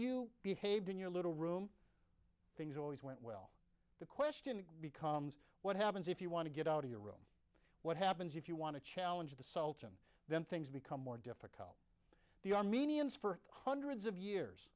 you behaved in your little room things always went well the question becomes what happens if you want to get out of your room what happens if you want to challenge the sultan then things become more difficult the armenians for hundreds of years